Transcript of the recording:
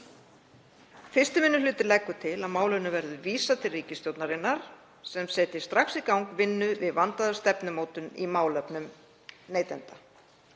Fyrsti minni hluti leggur til að málinu verði vísað til ríkisstjórnarinnar sem setji strax í gang vinnu við vandaða stefnumótun í málefnum neytenda.